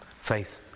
Faith